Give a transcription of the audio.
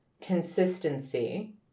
consistency